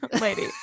lady